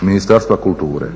Ministarstva kulture?